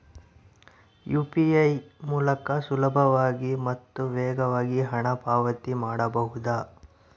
UPI ಮೂಲಕ ಸುಲಭವಾಗಿ ಮತ್ತು ವೇಗವಾಗಿ ಹಣ ಪಾವತಿ ಮಾಡಬಹುದಾ?